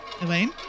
Elaine